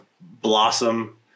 blossom